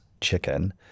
chicken